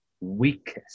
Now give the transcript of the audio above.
weakest